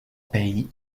pays